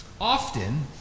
Often